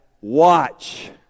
watch